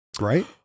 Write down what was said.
right